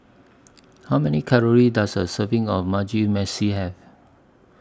How Many Calories Does A Serving of Mugi Meshi Have